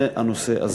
זה הנושא הזה.